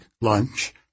lunch